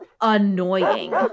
annoying